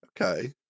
Okay